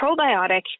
probiotic